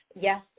Yes